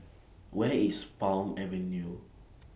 Where IS Palm Avenue